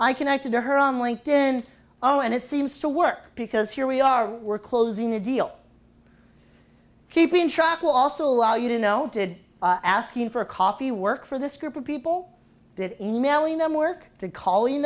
i connected to her on linked in all and it seems to work because here we are we're closing the deal keeping track will also allow you to know did asking for a copy work for this group of people that work there calling